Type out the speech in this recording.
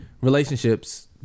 relationships